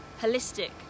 holistic